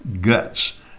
Guts